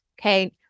okay